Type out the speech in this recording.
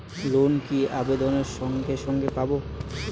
Loan কি আবেদনের সঙ্গে সঙ্গে পাব?